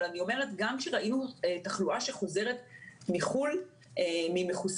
אבל אני אומרת גם שראינו תחלואה שחוזרת מחו"ל ממחוסנים